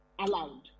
allowed